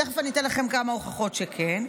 תכף אני אתן לכם כמה הוכחות שכן.